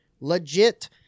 Legit